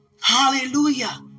Hallelujah